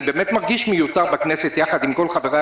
אני באמת מרגיש מיותר בכנסת עם כל חבריי